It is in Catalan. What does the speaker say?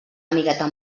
amigueta